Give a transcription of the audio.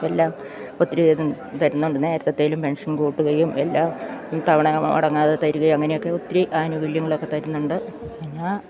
എല്ലാം ഒത്തിരി തരുന്നുണ്ട് നേരത്തെതിലും പെൻഷൻ കൂട്ടുകയും എല്ലാം തവണ മുടങ്ങാതെ തരുകയും അങ്ങനെയൊക്കെ ഒത്തിരി ആനുകൂല്യങ്ങളൊക്കെ തരുന്നുണ്ട് പിന്നെ